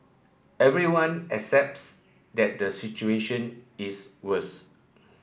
everyone accepts that the situation is worst